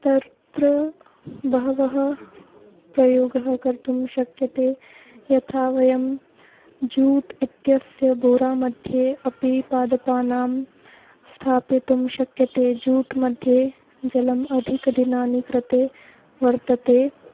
तत्र बहवः प्रयोगाः कर्तुं शक्यन्ते यथा वयं जूट् इत्यस्य बोरा मध्ये अपि पादपानां स्थापयितुं शक्यते जूट् मध्ये जलम् अधिकदिनानि कृते वर्तते